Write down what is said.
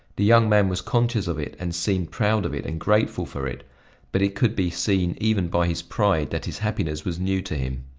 the young man was conscious of it and seemed proud of it and grateful for it but it could be seen even by his pride that his happiness was new to him.